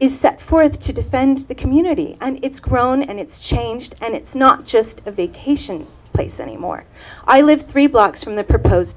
is set forth to defend the community and it's grown and it's changed and it's not just a vacation place anymore i live three blocks from the proposed